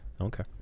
Okay